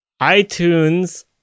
iTunes